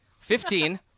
Fifteen